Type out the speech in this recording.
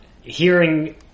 hearing